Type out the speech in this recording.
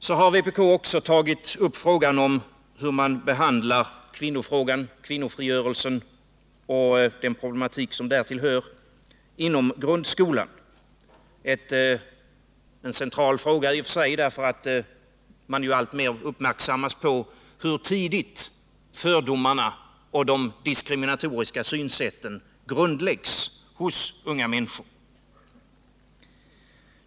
Så har vpk också tagit upp frågan om hur man behandlar kvinnofrigörelsen och den problematik som därtill hör inom grundskolan. Det är en central fråga därför att man alltmer uppmärksammas på hur tidigt fördomar och diskriminatoriska synsätt grundläggs hos unga människor.